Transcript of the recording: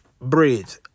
Bridge